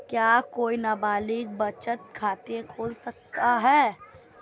क्या कोई नाबालिग बचत खाता खोल सकता है?